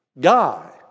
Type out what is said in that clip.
guy